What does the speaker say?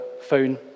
phone